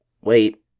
wait